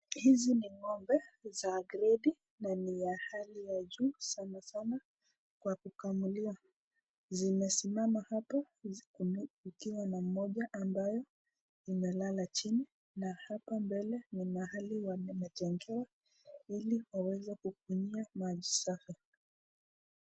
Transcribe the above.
Hizi ni ng'ombe za gredi na ni ya hali ya juu sana sana kwa kukamuliwa zimesimama hapa zikiwa na moja ambayo imelala chini na hapa mbele ni mahali wamejengewa ili waweze kutumia maji safi.